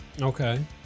Okay